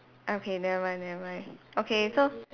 okay never mind never mind okay so